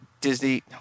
Disney